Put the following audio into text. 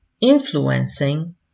influencing